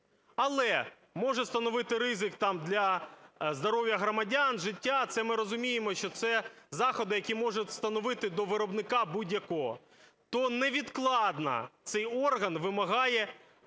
але може становити ризик для здоров'я громадян, життя", це ми розуміємо, що це заходи, які можуть встановити до виробника будь-якого. То невідкладно цей орган вимагає